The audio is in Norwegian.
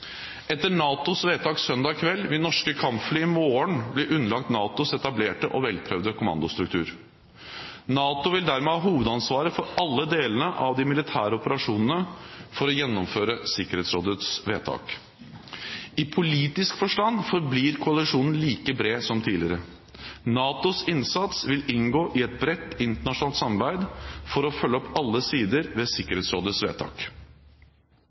Etter NATOs vedtak søndag kveld vil norske kampfly i morgen bli underlagt NATOs etablerte og velprøvde kommandostruktur. NATO vil dermed ha hovedansvaret for alle delene av de militære operasjonene for å gjennomføre Sikkerhetsrådets vedtak. I politisk forstand forblir koalisjonen like bred som tidligere. NATOs innsats vil inngå i et bredt internasjonalt samarbeid for å følge opp alle sider ved Sikkerhetsrådets vedtak.